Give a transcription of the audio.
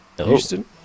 Houston